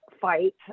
fight